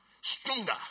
Stronger